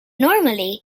normally